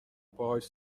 پاهاش